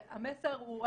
המסר הוא לא